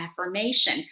affirmation